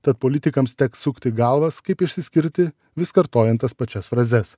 tad politikams teks sukti galvas kaip išsiskirti vis kartojant tas pačias frazes